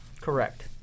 Correct